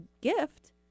gift